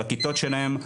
לכיתות שלהם.